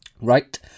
right